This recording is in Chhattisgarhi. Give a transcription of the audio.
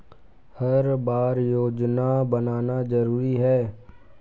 हर बार योजना बनाना जरूरी है?